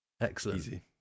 excellent